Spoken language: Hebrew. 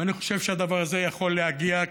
ואני חושב שהדבר הזה יכול להגיע,